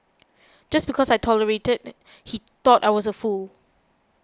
just because I tolerated he thought I was a fool